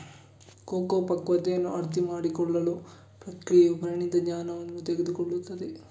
cocoa ಪಕ್ವತೆಯನ್ನು ಅರ್ಥಮಾಡಿಕೊಳ್ಳಲು ಪ್ರಕ್ರಿಯೆಯು ಪರಿಣಿತ ಜ್ಞಾನವನ್ನು ತೆಗೆದುಕೊಳ್ಳುತ್ತದೆ